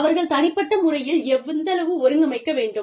அவர்கள் தனிப்பட்ட முறையில் எந்தளவு ஒருங்கமைக்க வேண்டும்